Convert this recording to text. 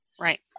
Right